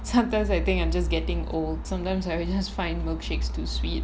sometimes I think I'm just getting old sometimes just find milkshakes too sweet